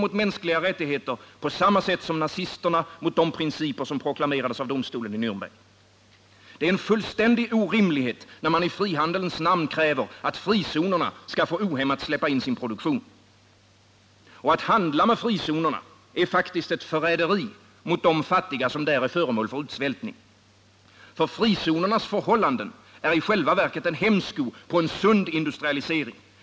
mot mänskliga rättigheter på samma sätt som nazisterna bröt mot de principer som proklamerades av domstolen i Närnberg. Det är en fullständig orimlighet när man i frihandelns namn kräver att frizonerna ohämmat skall få släppa in sin produktion. Och att handla med frizonerna är faktiskt ett förräderi mot de fattiga, som där är föremål för utsvältning. Frizonernas förhållanden är i själva verket en hämsko på en sund industrialisering.